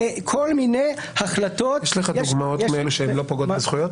כל מיני החלטות --- יש לך דוגמאות כאלה שלא פוגעות בזכויות?